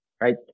right